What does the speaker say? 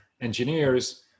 engineers